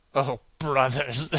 oh, brothers!